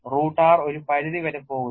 root r ഒരു പരിധി വരെ പോകുന്നു